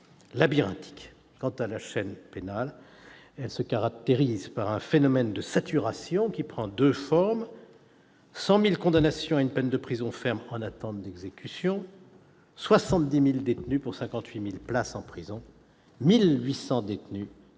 labyrinthique. Quant à la chaîne pénale, elle se caractérise par un phénomène de saturation qui prend deux formes : 100 000 condamnations à une peine de prison ferme en attente d'exécution ; 70 000 détenus pour 58 000 places en prison- chaque